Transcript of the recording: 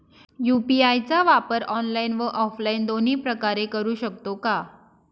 UPI चा वापर online व ऑफलाईन दोन्ही प्रकारे करु शकतो का?